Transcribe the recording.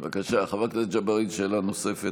בבקשה, חבר הכנסת ג'בארין, שאלה נוספת.